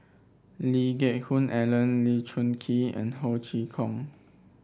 Lee Geck Hoon Ellen Lee Choon Kee and Ho Chee Kong